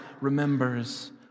remembers